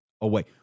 away